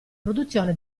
produzione